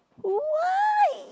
why